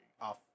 off